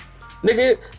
Nigga